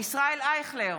ישראל אייכלר,